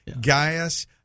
Gaius